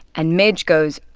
and midge goes,